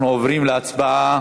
אנחנו עוברים להצבעה